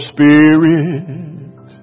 Spirit